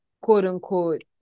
quote-unquote